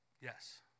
Yes